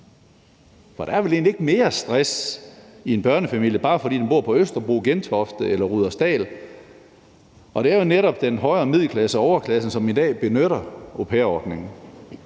For der er vel egentlig ikke mere stress i en børnefamilie, bare fordi den bor på Østerbro, i Gentofte eller i Rudersdal. Det er jo netop den højere middelklasse og overklassen, som i dag benytter au pair-ordningen.